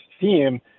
team